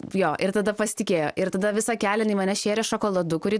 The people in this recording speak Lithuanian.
jo ir tada pasitikėjo ir tada visą kelią jinai mane šėrė šokoladu kurį